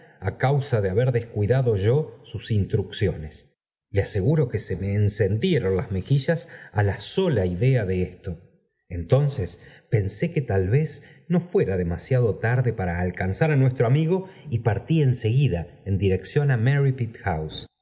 á causa de haber descuidado yo sus instrucciones le aseguro que se me encendieron las mejillas á la sola idea de esto entonces pensé que tal vez no fuera demasiado tarde para alcanzar á nuestro amiyo y partí en seguida en dirección á